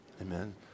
Amen